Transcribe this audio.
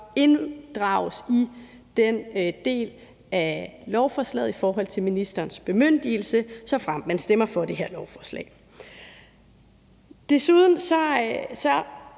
med den del af lovforslaget i forhold til ministerens bemyndigelse, såfremt man stemmer for det her lovforslag. Desuden